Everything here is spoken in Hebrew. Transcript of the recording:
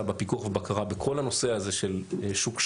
בפיקוח ובקרה בכל הנושא הזה של שוק שחור,